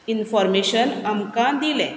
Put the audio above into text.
information आमकां दिलें